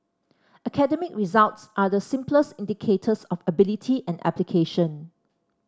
academic results are the simplest indicators of ability and application